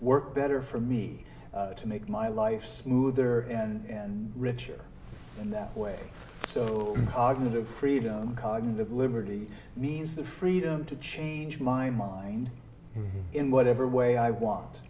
work better for me to make my life smoother and richer in that way so cognitive freedom cognitive liberty means the freedom to change my mind in whatever way i want